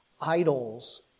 idols